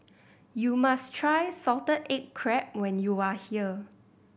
you must try salted egg crab when you are here